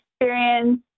experience